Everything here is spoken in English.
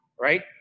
right